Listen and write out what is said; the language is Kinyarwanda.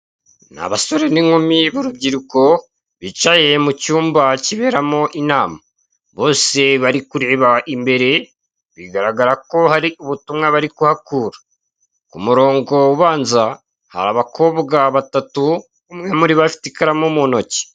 Ni abasore n'inkumi b'urubyiruko bicaye mu cyumba kiberamo inama bose bari kureba imbere bigaragara ko hari ubutumwa bari kuhakura. Umurongo ubanza hari abakobwa batatu umwe muri bo afite ikaramu mu ntoki.